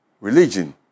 religion